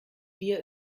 wir